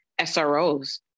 SROs